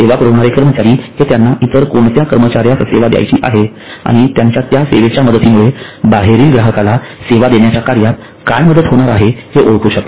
सेवा पुरविणारे कर्मचारी हे त्यांना इतर कोणत्या कर्मचाऱ्यास सेवा द्यायची आहे आणि त्यांच्या त्या सेवेच्या मदतीमुळे बाहेरील ग्राहकाला सेवा देण्याच्या कार्यात काय मदत होणार आहे हे ओळखू शकतात